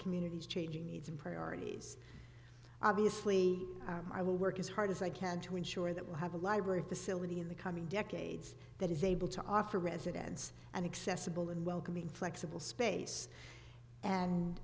communities changing needs and priorities obviously i will work as hard as i can to ensure that we'll have a library facility in the coming decades that is able to offer residence and accessible and welcoming flexible space and